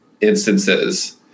instances